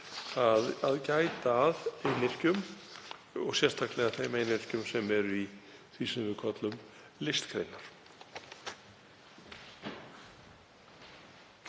að gæta að einyrkjum og sérstaklega þeim einyrkjum sem eru í því sem við köllum listgreinar.